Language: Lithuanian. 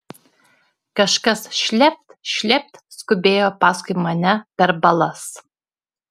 kažkas šlept šlept skubėjo paskui mane per balas